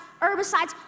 herbicides